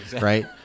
right